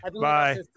Bye